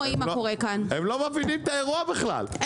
קודם כל הבנתם את העניין?